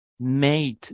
made